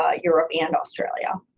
ah europe, and australia.